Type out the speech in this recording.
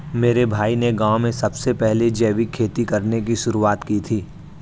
मेरे भाई ने गांव में सबसे पहले जैविक खेती करने की शुरुआत की थी